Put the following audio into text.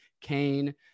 Kane